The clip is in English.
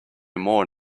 more